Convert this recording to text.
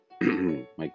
Mike